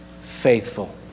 faithful